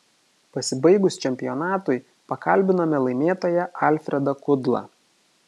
pasibaigus čempionatui pakalbinome laimėtoją alfredą kudlą